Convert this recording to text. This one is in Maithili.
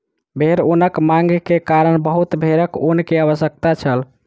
भेड़ ऊनक मांग के कारण बहुत भेड़क ऊन के आवश्यकता छल